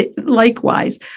likewise